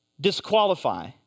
Disqualify